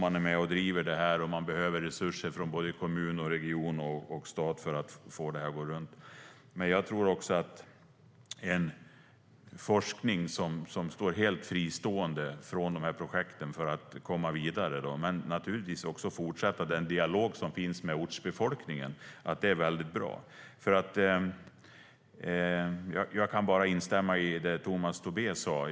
De är med och driver detta, och de behöver resurser från kommun, region och stat för att få det att gå runt. Jag kan bara instämma i det Tomas Tobé sade.